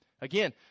Again